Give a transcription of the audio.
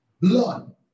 blood